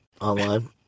online